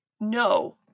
No